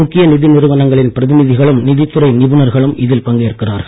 முக்கிய நிதி நிறுவனங்களின் பிரதிநிதிகளும் நிதித் துறை நிபுணர்களும் இதில் பங்கேற்கிறார்கள்